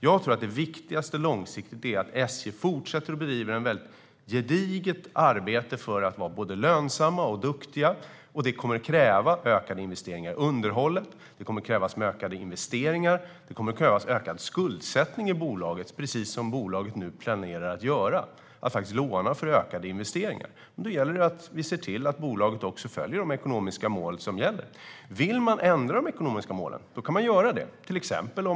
Jag tror att det viktigaste långsiktigt sett är att SJ fortsätter att bedriva ett gediget arbete för att vara både lönsamma och duktiga. Det kommer att kräva ökade investeringar i underhållet och det kommer att kräva ökad skuldsättning i bolaget, precis som bolaget nu planerar att göra, nämligen att låna för ökade investeringar. Då gäller det att se till att bolaget också strävar mot de ekonomiska mål som gäller. Vill man ändra de ekonomiska målen kan man göra det.